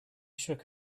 shook